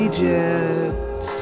Egypt